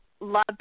love